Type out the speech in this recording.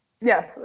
Yes